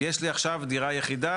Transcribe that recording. יש לי עכשיו דירה יחידה.